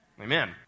Amen